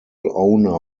owner